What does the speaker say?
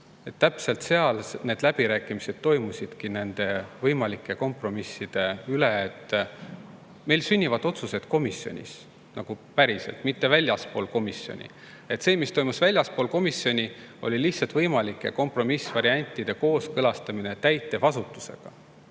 Täpselt seal toimusidki läbirääkimised võimalike kompromisside üle. Meil sünnivad otsused komisjonis, päriselt, mitte väljaspool komisjoni. See, mis toimus väljaspool komisjoni, oli lihtsalt võimalike kompromissvariantide kooskõlastamine täitevasutusega,